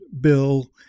bill